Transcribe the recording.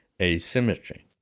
asymmetry